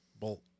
bolt